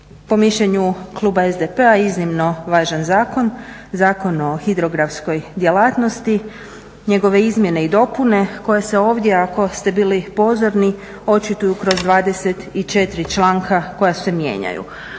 po mišljenju kluba SDP-a iznimno važan zakon, Zakon o hidrografskoj djelatnosti, njegove izmjene i dopune koje se ovdje ako ste bili pozorni očituju kroz 24 članka koja se mijenjaju.